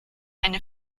eine